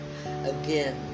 again